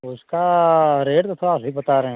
उसका रेट तो थोड़ा अधिक बता रहे हैं